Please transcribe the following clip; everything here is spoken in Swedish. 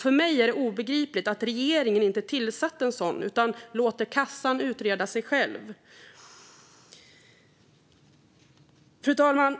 För mig är det obegripligt att regeringen inte tillsatt en sådan granskning utan låter kassan utreda sig själv. Fru talman!